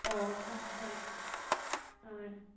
ꯑꯣ ꯍꯣꯏ ꯍꯣꯏ